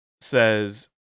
says